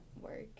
work